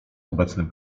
obecnym